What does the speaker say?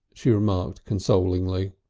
she remarked consolingly.